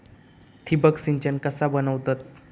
ठिबक सिंचन कसा बनवतत?